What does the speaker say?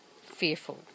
fearful